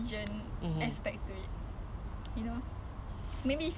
you ever heard of err okay let's go